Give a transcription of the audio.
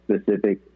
specific